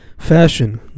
Fashion